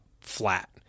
flat